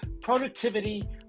productivity